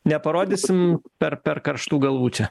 neparodysim per per karštų galvučių